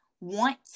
want